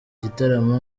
gitaramo